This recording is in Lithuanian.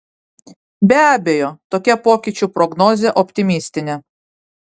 be abejo tokia pokyčių prognozė optimistinė